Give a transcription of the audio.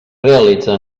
realitza